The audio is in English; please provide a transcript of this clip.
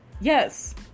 Yes